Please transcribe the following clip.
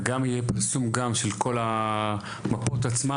וגם יהיה פרסום של כל המפות עצמן,